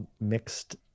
mixed